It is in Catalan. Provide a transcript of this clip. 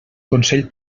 consell